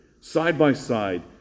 side-by-side